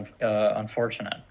unfortunate